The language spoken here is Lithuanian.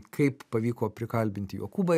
kaip pavyko prikalbinti jokūbą